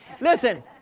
listen